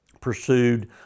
pursued